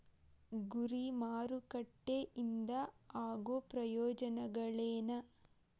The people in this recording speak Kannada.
ಗುರಿ ಮಾರಕಟ್ಟೆ ಇಂದ ಆಗೋ ಪ್ರಯೋಜನಗಳೇನ